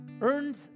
earned